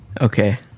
Okay